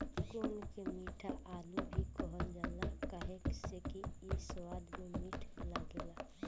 कोन के मीठा आलू भी कहल जाला काहे से कि इ स्वाद में मीठ लागेला